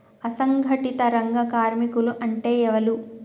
అసంఘటిత రంగ కార్మికులు అంటే ఎవలూ?